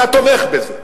אתה תומך בזה.